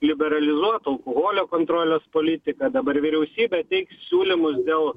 liberalizuotų alkoholio kontrolės politiką dabar vyriausybė teiks siūlymus dėl